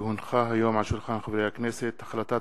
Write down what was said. כי הונחה היום על שולחן הכנסת החלטת